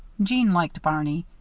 jeanne liked barney.